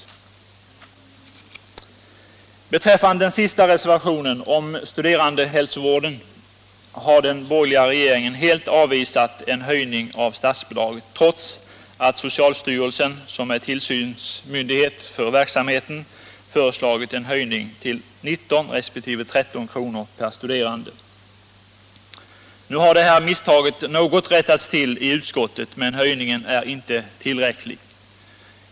Onsdagen den Beträffande den sista reservationen, om studerandehälsovården, har — 16 mars 1977 den borgerliga regeringen helt avvisat en höjning av statsbidraget, trots att socialstyrelsen, som är tillsynsmyndighet för verksamheten, föreslagit — Anslag till studiesoen höjning till 19 kr. resp. 13 kr. per studerande. Nu har det här misstaget — cCiala åtgärder något rättats till i utskottet, men höjningen är inte tillräcklig.